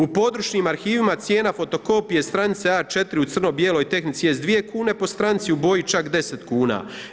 U područnim arhivima cijena fotokopije, stranice A4 u crno bijeloj tehnici je 2 kune po stranici u boji čak 10 kuna.